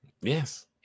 Yes